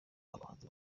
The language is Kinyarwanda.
abahanzi